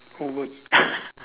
overage